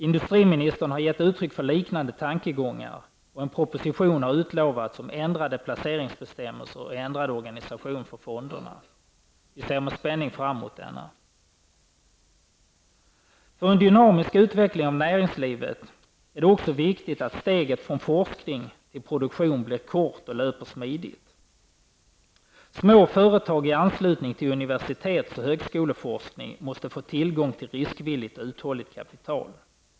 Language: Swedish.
Industriministern har gett uttryck för liknande tankegångar och en proposition har utlovats om ändrade placeringsbestämmelser och ändrad organisation för fonderna. Vi ser med spänning fram mot denna. För en dynamisk utveckling av näringslivet är det också viktigt att steget från forskning till produktion blir kort och löper smidigt. Små företag i anslutning till universitets och högskoleforskning måste få tillgång till riskvilligt och uthålligt kapital.